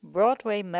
Broadway